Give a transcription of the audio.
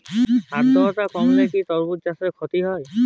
আদ্রর্তা কমলে কি তরমুজ চাষে ক্ষতি হয়?